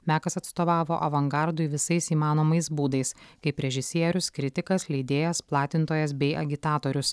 mekas atstovavo avangardui visais įmanomais būdais kaip režisierius kritikas leidėjas platintojas bei agitatorius